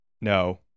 No